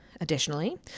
Additionally